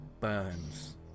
burns